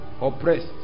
oppressed